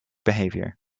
behavior